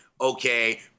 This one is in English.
okay